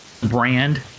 Brand